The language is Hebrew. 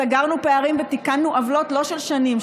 סגרנו פערים ותיקנו עוולות לא של שנים,